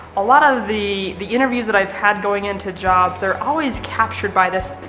a lot of the the interviews that i've had going into jobs are always captured by this,